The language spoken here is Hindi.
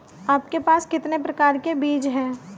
आपके पास कितने प्रकार के बीज हैं?